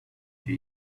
for